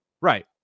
Right